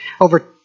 Over